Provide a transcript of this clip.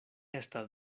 estas